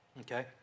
Okay